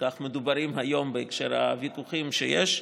הכל-כך מדוברים היום בהקשר הוויכוחים שיש.